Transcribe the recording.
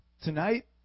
tonight